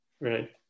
Right